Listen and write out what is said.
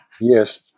Yes